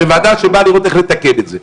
זו ועדה שבאה לראות איך לתקן את זה.